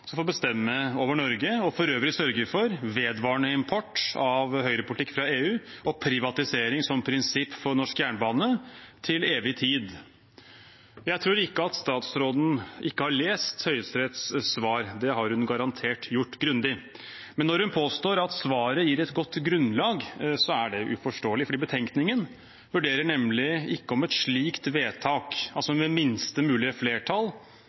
bestemme over Norge og for øvrig sørge for vedvarende import av høyrepolitikk fra EU og privatisering som prinsipp for norsk jernbane til evig tid. Jeg tror ikke at utenriksministeren ikke har lest Høyesteretts svar. Det har hun garantert gjort grundig. Men når hun påstår at svaret gir et godt grunnlag, er det uforståelig, for betenkningen vurderer nemlig ikke om et slikt vedtak – altså ved minste mulige flertall